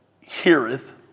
heareth